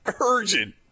Urgent